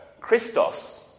Christos